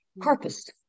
Purpose